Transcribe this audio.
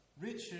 Richard